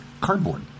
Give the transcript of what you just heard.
cardboard